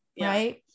Right